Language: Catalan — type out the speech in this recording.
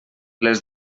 les